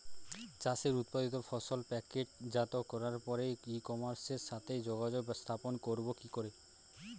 চাষের উৎপাদিত ফসল প্যাকেটজাত করার পরে ই কমার্সের সাথে যোগাযোগ স্থাপন করব কি করে?